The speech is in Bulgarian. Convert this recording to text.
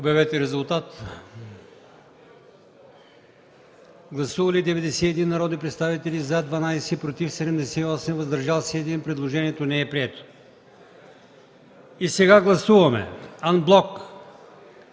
от комисията. Гласували 91 народни представители: за 12, против 78, въздържал се 1. Предложението не е прието. Сега гласуваме анблок